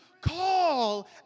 call